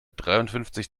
dreiundfünfzig